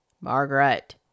Margaret